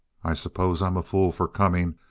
i suppose i'm a fool for coming.